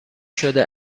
شده